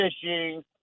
fishing